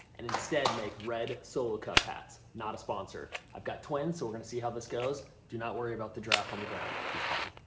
and instead, make red solo-cup hats. not a sponsor. i've got twins, so we're going to see how this goes. do not worry about the giraffe on the ground. he's fine.